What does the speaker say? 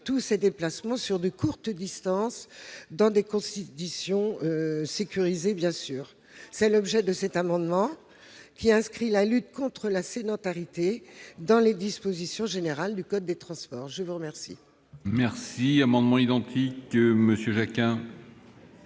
tous ses déplacements sur de courtes distances, dans des conditions sécurisées, bien sûr. Tel est l'objet de cet amendement, qui inscrit la lutte contre la sédentarité dans les dispositions générales du code des transports. C'est le parti